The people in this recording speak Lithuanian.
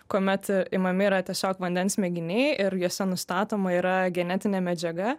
kuomet imami yra tiesiog vandens mėginiai ir juose nustatoma yra genetinė medžiaga